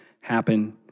happen